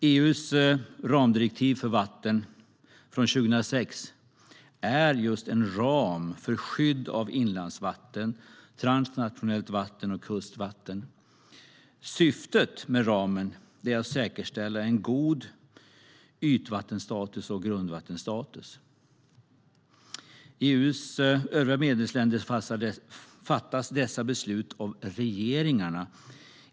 EU:s ramdirektiv för vatten från 2006 är en ram för skydd av inlandsvatten, transnationellt vatten och kustvatten. Syftet med ramen är att säkerställa en god yt och grundvattenstatus. I EU:s övriga medlemsländer fattas dessa beslut av regeringarna.